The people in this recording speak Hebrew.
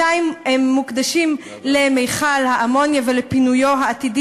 200 מוקדשים למכל האמוניה ולפינויו העתיד,